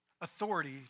authority